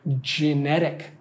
genetic